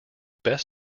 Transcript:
best